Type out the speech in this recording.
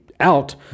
out